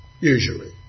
usually